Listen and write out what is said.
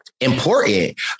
important